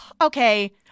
Okay